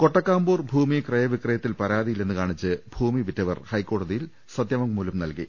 കൊട്ടക്കാമ്പൂർ ഭൂമി ക്രയവിക്രയത്തിൽ പരാതിയില്ലെന്ന് കാണിച്ച് ഭൂമി വിറ്റ വർ ഹൈക്കോടതിയിൽ സത്യവാങ്മൂലം നൽകി